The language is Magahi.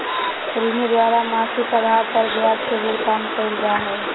ऋणी द्वारा मासिक आधार पर ब्याज के भुगतान कइल जा हइ